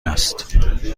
است